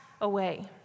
away